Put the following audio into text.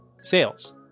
sales